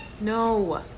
No